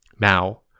Now